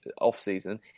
off-season